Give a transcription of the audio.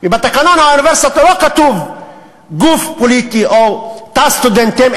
ובתקנון האוניברסיטה לא כתוב "גוף פוליטי" או "תא סטודנטים",